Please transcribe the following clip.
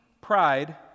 pride